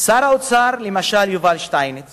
שר האוצר יובל שטייניץ